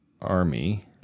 army